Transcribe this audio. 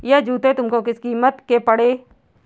यह जूते तुमको किस कीमत के पड़े?